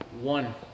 one